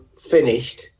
finished